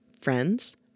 friends